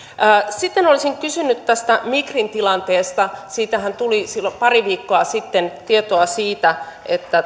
sitten olisin kysynyt tästä migrin tilanteesta silloin pari viikkoa sittenhän tuli tietoa siitä että